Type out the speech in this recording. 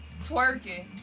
twerking